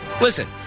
Listen